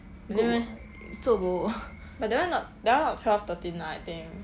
really meh but that [one] not that [one] not twelve thirteen right I think